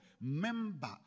member